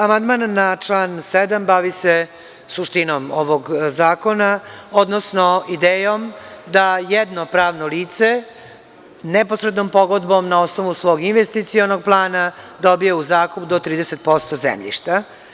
Amandman na član 7. bavi se suštinom ovog zakona, odnosno idejom da jedno pravno lice neposrednom pogodbom, na osnovu svog investicionog plana dobije u zakup do 30% zemljišta.